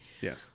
Yes